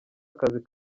akazi